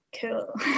cool